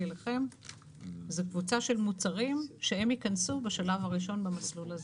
אליכם זה קבוצה של מוצרים שהם ייכנסו בשלב הראשון במסלול הזה.